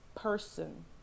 person